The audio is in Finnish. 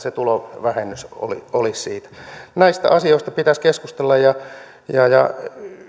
se tulon vähennys olisi siitä näistä asioista pitäisi keskustella ja ja